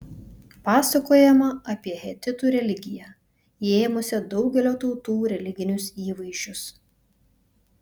pasakojama apie hetitų religiją įėmusią daugelio tautų religinius įvaizdžius